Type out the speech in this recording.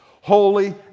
holy